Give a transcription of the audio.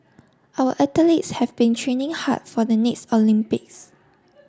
our athletes have been training hard for the next Olympics